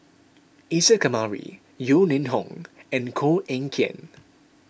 Isa Kamari Yeo Ning Hong and Koh Eng Kian